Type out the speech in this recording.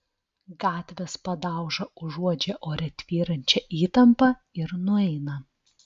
gatvės padauža užuodžia ore tvyrančią įtampą ir nueina